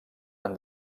han